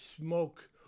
smoke